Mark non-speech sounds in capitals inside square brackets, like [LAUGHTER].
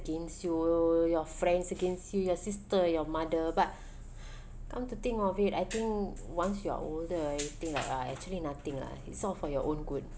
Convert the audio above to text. you your friends against you your sister your mother but [BREATH] come to think of it I think once you're older ah you think like ah actually nothing lah it's all for your own good